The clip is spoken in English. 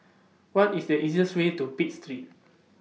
What IS The easiest Way to Pitt Street